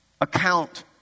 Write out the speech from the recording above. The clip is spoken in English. account